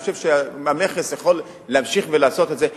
אני חושב שהמכס יכול להמשיך ולעשות את זה.